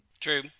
true